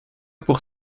pour